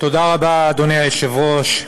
תודה רבה, אדוני היושב-ראש.